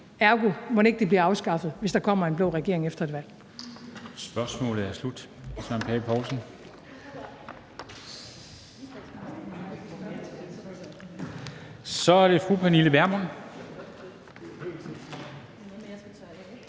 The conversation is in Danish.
Ergo: Mon ikke det bliver afskaffet, hvis der kommer en blå regering efter et valg?